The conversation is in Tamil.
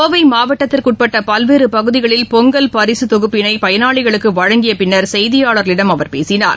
கோவை மாவட்டத்திற்கு உட்பட்ட பல்வேறு பகுதிகளில் பொங்கல் பரிசுத் தொகுப்பினை பயனாளிகளுக்கு வழங்கிய பின்னர் செய்தியாளர்களிடம் அவர் பேசினார்